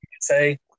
Say